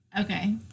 Okay